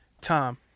tom